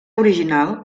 original